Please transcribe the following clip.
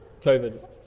COVID